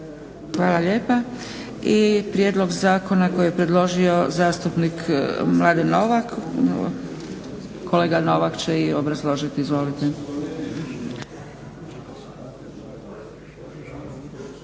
Hvala lijepa. I prijedlog zakona koji je predložio zastupnik Mladen Novak. Kolega Novak će i obrazložiti. Izvolite.